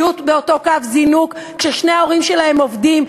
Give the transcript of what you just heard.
יהיו באותו קו זינוק כששני ההורים שלהם עובדים,